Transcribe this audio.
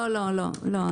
לא, לא.